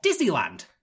Disneyland